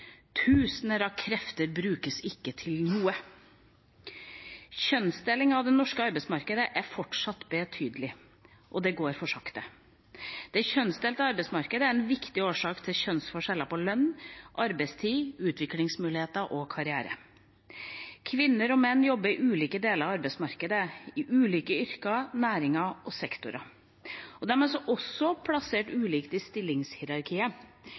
Kjønnsdelingen av det norske arbeidsmarkedet er fortsatt betydelig. Det går for sakte. Det kjønnsdelte arbeidsmarkedet er en viktig årsak til kjønnsforskjeller i lønn, arbeidstid, utviklingsmuligheter og karriere. Kvinner og menn jobber i ulike deler av arbeidsmarkedet – i ulike yrker, næringer og sektorer. De er også plassert ulikt i stillingshierarkiet.